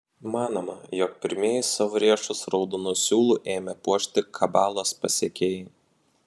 manoma jog pirmieji savo riešus raudonu siūlu ėmė puošti kabalos pasekėjai